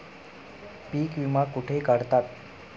पीक विमा कुठे काढतात?